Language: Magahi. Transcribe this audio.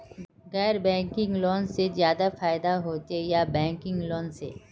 गैर बैंकिंग लोन से ज्यादा फायदा होचे या बैंकिंग लोन से?